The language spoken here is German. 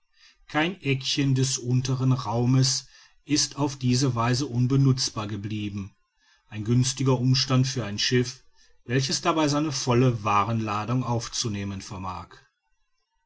kein eckchen des unteren raumes ist auf diese weise unbenutzbar geblieben ein günstiger umstand für ein schiff welches dabei seine volle waarenladung aufzunehmen vermag